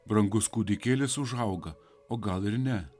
brangus kūdikėlis užauga o gal ir ne